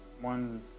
one